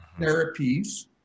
therapies